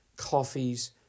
coffees